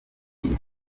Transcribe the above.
ibi